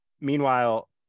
Meanwhile